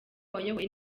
wayoboye